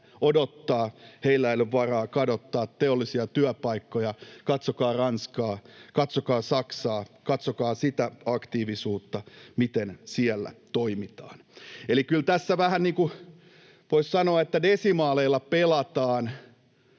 odottaa ja heillä ei ole varaa kadottaa teollisia työpaikkoja — katsokaa Ranskaa, katsokaa Saksaa, katsokaa sitä aktiivisuutta, miten siellä toimitaan. Eli kyllä tässä voisi sanoa, että vähän niin kuin desimaaleilla ja